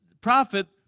prophet